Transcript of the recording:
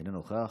אינו נוכח.